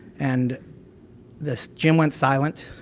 and this gym went silent,